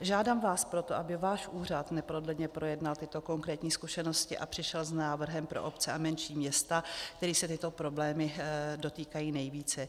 Žádám vás proto, aby váš úřad neprodleně projednal tyto konkrétní zkušenosti a přišel s návrhem pro obce a menší města, kterých se tyto problémy dotýkají nejvíce.